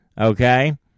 Okay